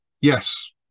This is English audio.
yes